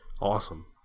Awesome